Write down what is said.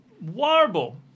Warble